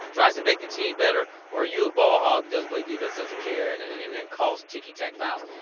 tries to make the team better? or are you a ball hog who doesn't play defense, doesn't care and and and then calls ticky-tack fouls?